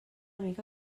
mica